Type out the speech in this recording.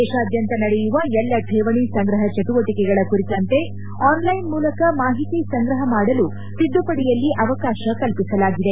ದೇಶಾದ್ಯಂತ ನಡೆಯುವ ಎಲ್ಲ ಠೇವಣಿ ಸಂಗ್ರಹ ಚಟುವಟಿಕೆಗಳ ಕುರಿತಂತೆ ಆನ್ಲ್ಕೆನ್ ಮೂಲಕ ಮಾಹಿತಿ ಸಂಗ್ರಹ ಮಾಡಲು ತಿದ್ದುಪಡಿಯಲ್ಲಿ ಅವಕಾಶ ಕಲ್ಲಿಸಲಾಗಿದೆ